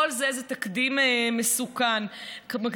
כל זה תקדים מסוכן מאוד.